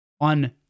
on